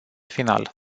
final